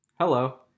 Hello